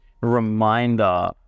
reminder